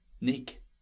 Nick